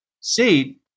seat